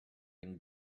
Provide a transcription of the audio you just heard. and